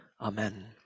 Amen